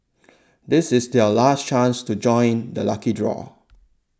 this is your last chance to join the lucky draw